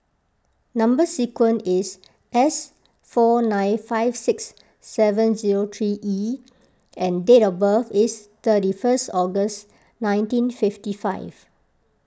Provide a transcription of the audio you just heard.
Number Sequence is S four nine five six seven zero three E and date of birth is thirty first August nineteen fifty five